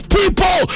people